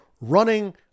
running